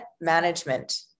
management